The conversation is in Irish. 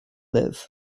libh